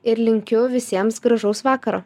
ir linkiu visiems gražaus vakaro